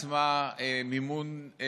היא לקחה על עצמה מימון כבד,